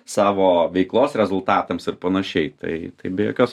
savo veiklos rezultatams ir panašiai tai tai be jokios